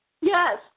Yes